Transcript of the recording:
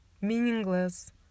meaningless